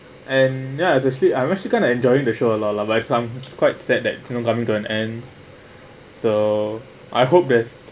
and ya it's actually I'm actually kind of enjoying the show a lot lah but it's time it's quite sad that you know coming to an end so I hope this